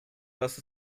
dass